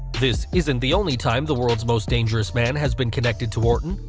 this isn't the only time the world's most dangerous man has been connected to orton,